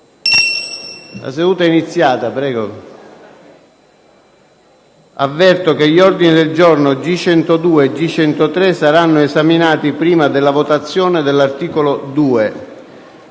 presentati, avverto che gli ordini del giorno G102 e G103 saranno esaminati prima della votazione dell'articolo 2.